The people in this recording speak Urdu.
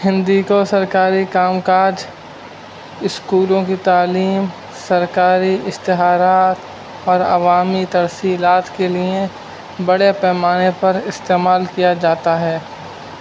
ہندی کو سرکاری کام کاج اسکولوں کی تعلیم سرکاری اشتہارات اور عوامی ترصیلات کے لیے بڑے پیمانے پر استعمال کیا جاتا ہے